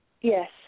Yes